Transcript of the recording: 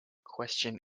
question